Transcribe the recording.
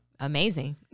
amazing